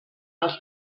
els